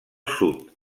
sud